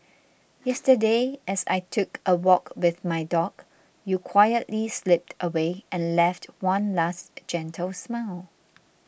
yesterday as I took a walk with my dog you quietly slipped away and left one last gentle smile